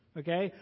okay